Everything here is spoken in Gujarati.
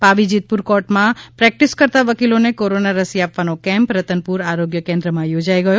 પાવી જેતપુર કોર્ટમાં પ્રકટીસ કરતાં વકીલોને કોરોના રસી આપવાનો કેમ્પ રતનપુર આરોગ્ય કેન્દ્રમાં યોજાઈ ગયો